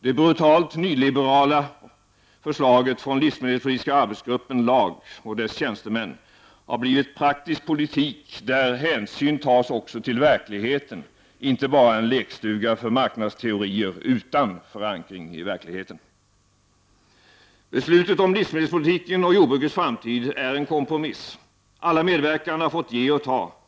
Det brutalt nyliberala förslaget från livsmedelspolitiska arbetsgruppen och dess tjänstemän har blivit praktisk politik där hänsyn tas också till verkligheten, inte bara en lekstuga för marknadsteorier utan förankring i verkligheten. Beslutet om livsmedelspolitiken och jordbrukets framtid är en kompromiss. Alla medverkande har fått ge och ta.